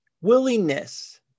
willingness